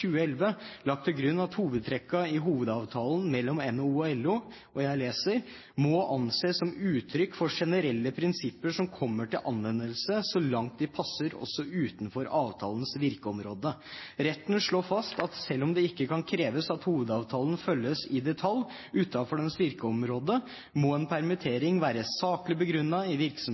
lagt til grunn at hovedtrekkene i hovedavtalen mellom NHO og LO «må anses som uttrykk for generelle prinsipper som kommer til anvendelse så langt de passer også utenfor avtalens virkeområde». Retten slår fast at selv om det ikke kan kreves at hovedavtalen følges i detalj utenfor dens virkeområde, må en permittering være saklig begrunnet i